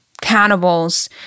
cannibals